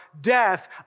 death